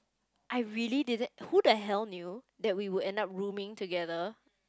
I really didn't who the hell knew that we would end up rooming together